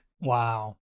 Wow